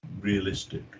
realistic